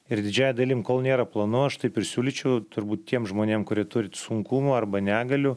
ir didžiąja dalim kol nėra planų aš taip ir siūlyčiau turbūt tiem žmonėm kurie turi sunkumų arba negalių